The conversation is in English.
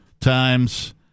times